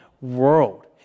world